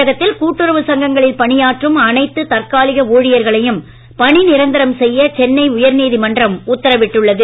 தமிழகத்தில் கூட்டுறவு சங்கங்களில் பணியாற்றும் அனைத்து தற்காலிக ஊழியர்களையும் பணி நிரந்தரம் செய்ய சென்னை உயர் நீதிமன்றம் உத்தரவிட்டுள்ளது